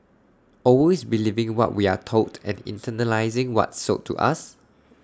always believing what we are told and internalising what's sold to us